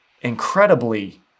incredibly